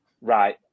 right